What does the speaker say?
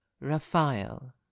Raphael